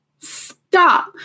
stop